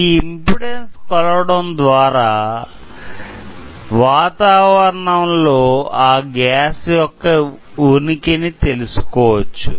ఆ ఇమ్పెడాన్సు కొలవడం ద్వారా వాతావరణం లో ఆ గ్యాస్ యొక్క ఉనికిని తెలుసుకోవచ్చు